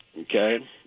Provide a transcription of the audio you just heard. okay